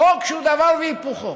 חוק שהוא דבר והיפוכו.